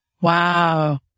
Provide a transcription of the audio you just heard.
Wow